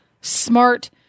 Smart